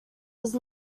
was